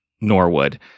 Norwood